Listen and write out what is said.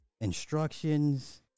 instructions